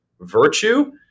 Virtue